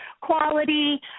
quality